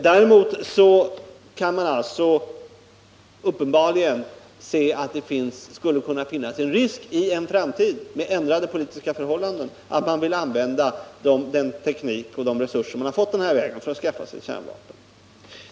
Däremot skulle det i en framtid med ändrade politiska förhållanden uppenbarligen kunna finnas risk för att man vill använda den teknik och de resurser som man har fått den här vägen för att skaffa kärnvapen.